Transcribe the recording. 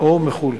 או מחו"ל.